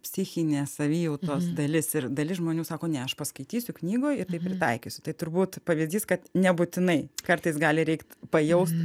psichinės savijautos dalis ir dalis žmonių sako ne aš paskaitysiu knygoj ir tai pritaikysiu tai turbūt pavyzdys kad nebūtinai kartais gali reikt pajaust